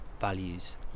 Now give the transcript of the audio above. values